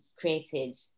created